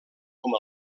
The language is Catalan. com